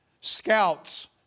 scouts